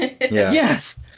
Yes